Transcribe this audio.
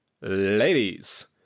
Ladies